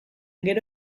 gero